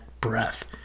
breath